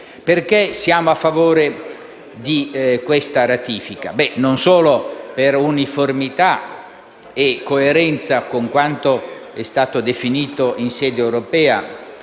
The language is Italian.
Perché siamo a favore di questa ratifica? Non solo per uniformità e coerenza con quanto è stato definito in sede europea